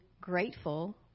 grateful